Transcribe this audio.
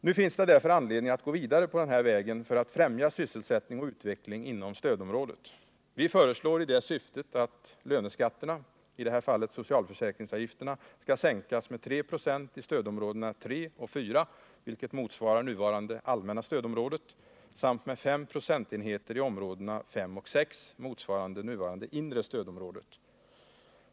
Nu finns det därför anledning att gå vidare på denna väg för att främja sysselsättning och utveckling inom stödområdet. Vi föreslår i det syftet att löneskatterna, i det här fallet socialförsäkringsavgifterna, skall sänkas med tre procentenheter i stödområdena 3 och 4 — vilket motsvarar nuvarande allmänna stödområdet — samt med fem procentenheter i områdena 5 och 6, motsvarande nuvarande inre stödområdet.